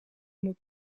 moet